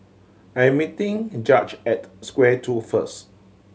I'm meeting Judge at Square Two first